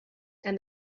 and